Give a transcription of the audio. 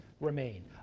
remain